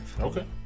Okay